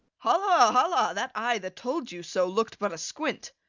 holla, holla! that eye that told you so look'd but asquint.